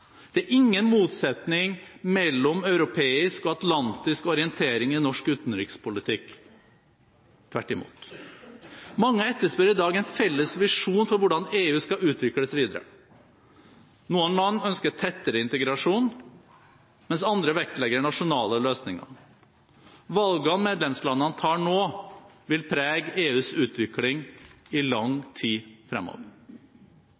Det er ingen motsetning mellom europeisk og atlantisk orientering i norsk utenrikspolitikk – tvert imot. Mange etterspør i dag en felles visjon for hvordan EU skal utvikles videre. Noen land ønsker tettere integrasjon, mens andre vektlegger nasjonale løsninger. Valgene medlemslandene tar nå, vil prege EUs utvikling i